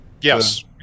Yes